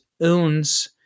owns